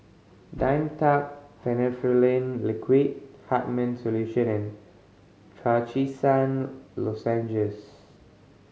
Dimetapp Phenylephrine Liquid Hartman's Solution and Trachisan Lozenges